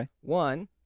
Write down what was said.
One